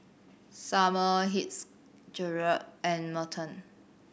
Sumner Fitzgerald and Merton